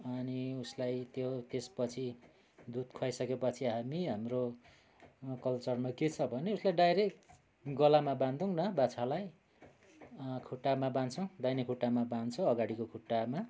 अनि उसलाई त्यो त्यस पछि दुध खुवाइ सकेपछि हामी हाम्रो कल्चरमा के छ भने उसलाई डाइरेक्ट गलामा बाँन्धौन बाछालाई खुट्टामा बाँध्छौँ दाहिने खुट्टामा बान्छ अगाडिको खुट्टामा